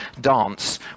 dance